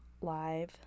live